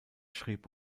schrieb